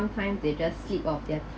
sometimes they just keep of their